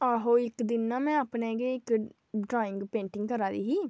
आहो इक दिन ना में अपने गै इक ड्राईंग पेंटिंग करा दी ही